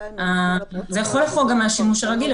זה יכול לחרוג גם מהשימוש הרגיל,